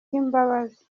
bw’imbabazi